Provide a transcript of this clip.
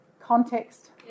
context